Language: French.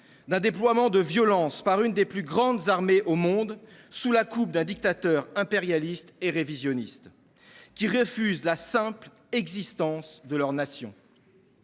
d'un déploiement de violence commis par l'une des plus grandes armées au monde, sous la coupe d'un dictateur impérialiste et révisionniste qui refuse la simple existence de leur nation.